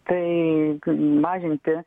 tai mažinti